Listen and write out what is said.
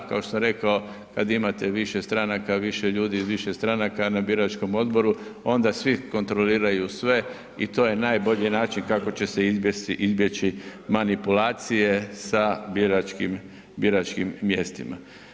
Kao što sam rekao kada imate više stranaka, više ljudi iz više stranaka na biračkom odboru onda svi kontroliraju sve i to je najbolji način kako će se izbjeći manipulacije sa biračkim mjestima.